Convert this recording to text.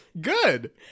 Good